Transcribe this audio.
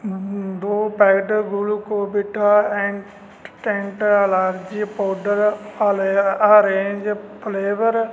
ਦੋ packet Glucovita and tent allergy powder ਆਲੇਆ orange flavour